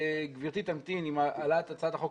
גברתי תמתין עם העלאת הצעת החוק